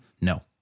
No